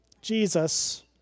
Jesus